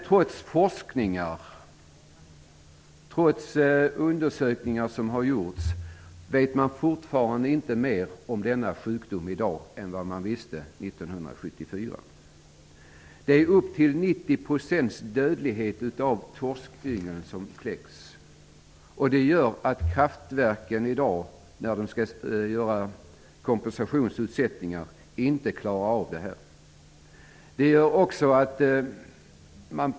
Trots forskning och undersökningar vet man i dag inte mer om denna sjukdom än vad man visste 1974. Dödligheten bland de kläckta ynglen är upp till 90 %. Det medför att kraftverken, som skall göra kompensationsutsättningar, inte klarar av det här.